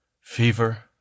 fever